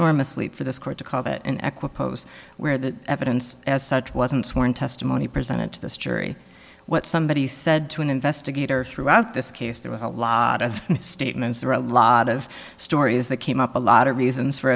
mislead for this court to call that an equity pose where the evidence as such wasn't sworn testimony presented to this jury what somebody said to an investigator throughout this case there was a lot of statements or a lot of stories that came up a lot of reasons for